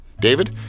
David